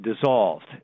dissolved